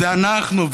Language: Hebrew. זה אנחנו,